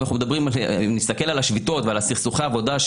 אם נסתכל על השביתות וסכסוכי העבודה,